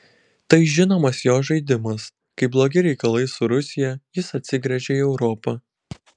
tai žinomas jo žaidimas kai blogi reikalai su rusija jis atsigręžia į europą